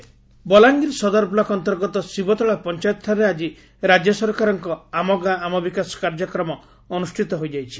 ଆମ ଗାଁ ଆମ ବିକାଶ ବଲାଙ୍ଗିର ସଦର ବ୍ଲକ ଅନ୍ତର୍ଗତ ଶିବତଳା ପଞାୟତଠାରେ ଆକି ରାଜ୍ୟ ସରକାରଙ୍କ ଆମ ଗାଁ ଆମ ବିକାଶ କାର୍ଯ୍ୟକ୍ରମ ଅନୁଷ୍ଠିତ ହୋଇଯାଇଛି